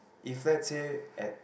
if let's say at